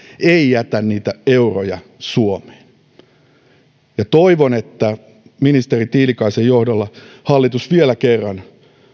ei jätä niitä euroja suomeen toivon että ministeri tiilikaisen johdolla hallitus vielä kerran